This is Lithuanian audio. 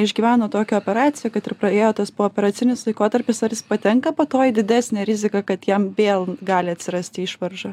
išgyveno tokią operaciją kad ir praėjo tas pooperacinis laikotarpis ar jis patenka po to į didesnę riziką kad jam vėl gali atsirasti išvarža